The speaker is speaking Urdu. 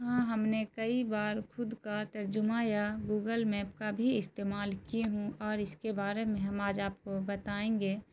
ہاں ہم نے کئی بار خود کار ترجمہ یا گوگل میپ کا بھی استعمال کی ہوں اور اس کے بارے میں ہم آج آپ کو بتائیں گے